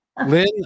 Lynn